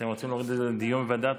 אתם רוצים להעביר את זה לדיון בוועדה?